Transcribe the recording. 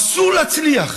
אסור להצליח,